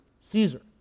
Caesar